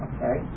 Okay